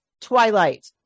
twilight